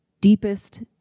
deepest